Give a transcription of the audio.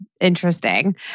interesting